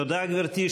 תודה, גברתי.